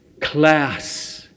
Class